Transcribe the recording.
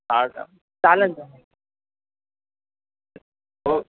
हा का चालेल सर हो